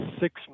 six